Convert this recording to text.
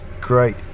great